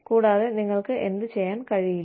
കൂടാതെ നിങ്ങൾക്ക് എന്ത് ചെയ്യാൻ കഴിയില്ല